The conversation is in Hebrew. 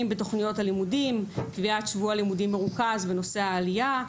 בתכניות הלימודים; קביעת שבוע לימודים מרוכז בנושא העלייה.